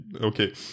okay